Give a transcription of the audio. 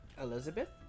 Elizabeth